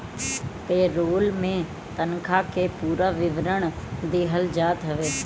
पे role में तनखा के पूरा विवरण दिहल जात हवे